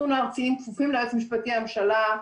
כפופה ליועץ המשפטי לממשלה,